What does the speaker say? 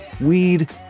weed